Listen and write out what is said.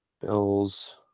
Bills